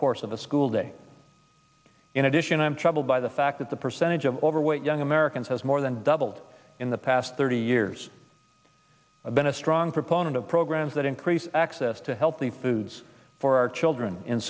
course of the school day in addition i am troubled by the fact that the percentage of overweight young americans has more than doubled in the past thirty years i've been a strong proponent of programs that increase access to healthy foods for our children in